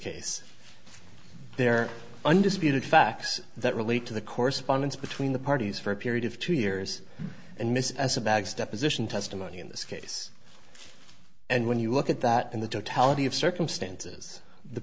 case there undisputed facts that relate to the correspondence between the parties for a period of two years and miss as a baggs deposition testimony in this case and when you look at that in the totality of circumstances the